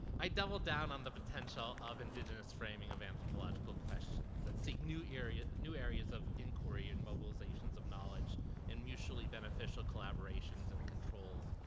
i doubled down on the potential of indigenous framing of anthropological questions, that seek new areas new areas of inquiry and mobilizations of knowledge and mutually beneficial collaborations and controls.